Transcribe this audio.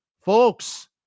folks